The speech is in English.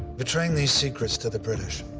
betraying these secrets to the british,